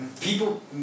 People